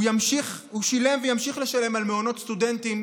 הוא שילם וימשיך לשלם על מעונות סטודנטים